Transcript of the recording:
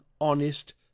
honest